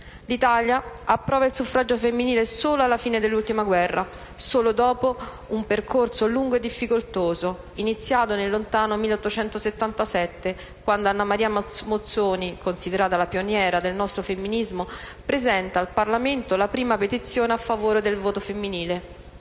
L'Italia approva il suffragio femminile solo alla fine dell'ultima guerra, solo dopo un percorso lungo e difficoltoso, iniziato nel lontano 1877, quando Anna Maria Mozzoni, considerata la pioniera del nostro femminismo, presenta al Parlamento la prima petizione a favore del voto femminile.